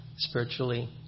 spiritually